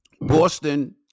Boston